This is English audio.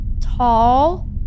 tall